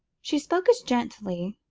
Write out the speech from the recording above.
she spoke as gently,